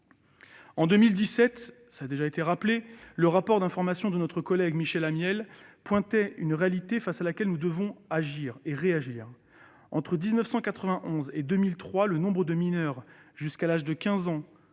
En 2017, le rapport d'information de notre collègue Michel Amiel pointait une réalité face à laquelle nous devons réagir. Entre 1991 et 2003, le nombre de mineurs jusqu'à l'âge de 15 ans